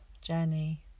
journey